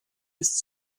ist